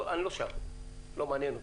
אבל אני לא שם, לא מעניין אותי.